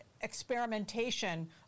experimentation